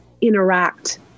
interact